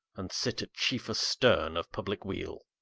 and sit at chiefest sterne of publique weale.